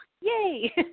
yay